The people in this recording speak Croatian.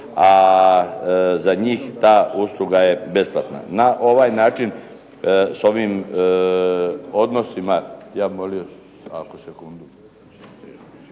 a za njih ta usluga je besplatna. Na ovaj način, s ovim odnosima, sa ovim novostima u